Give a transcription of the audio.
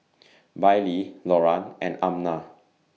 Bailee Loran and Amna